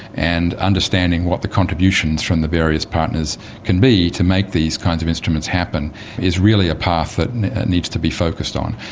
and understanding what the contributions from the various partners can be to make these kinds of instruments happen is really a path that and needs to be focused on.